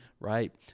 Right